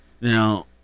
Now